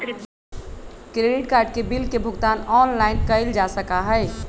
credit card के bill के भुगतान ऑनलाइन कइल जा सका हई